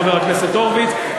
חבר הכנסת הורוביץ.